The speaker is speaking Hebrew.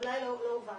אולי לא הובנתי.